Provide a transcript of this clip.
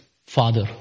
father